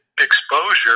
exposure